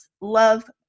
Love